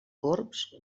corbs